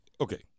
okay